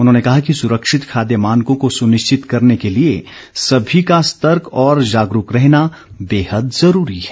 उन्होंने कहा कि स्रक्षित खाद्य मानकों को सुनिश्चित करने के लिए सभी का सतर्क और जागरूक रहना बेहद ज़रूरी है